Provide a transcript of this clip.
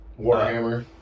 Warhammer